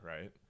right